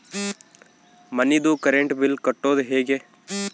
ಮನಿದು current bill ಕಟ್ಟೊದು ಹೇಗೆ?